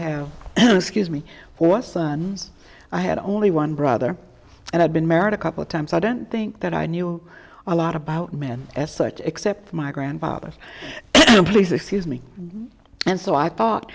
have four sons i had only one brother and i've been married a couple times i didn't think that i knew a lot about men as such except my grandfather please excuse me and so i thought